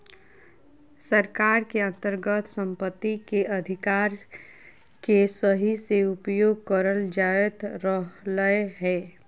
सरकार के अन्तर्गत सम्पत्ति के अधिकार के सही से उपयोग करल जायत रहलय हें